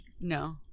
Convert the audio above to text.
no